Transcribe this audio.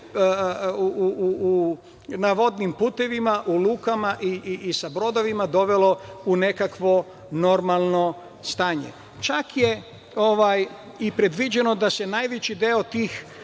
na vodnim putevima, u lukama i sa brodovima dovelo u nekakvo normalno stanje. Čak je i predviđeno da se najveći deo tih